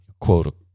quote